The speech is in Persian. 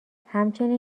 همچنین